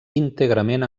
íntegrament